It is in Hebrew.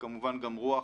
וכמובן גם רוח